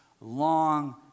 long